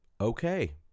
okay